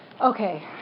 Okay